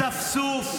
חברי הכנסת.